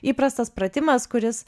įprastas pratimas kuris